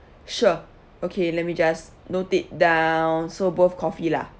sure okay let me just note it down so both coffee lah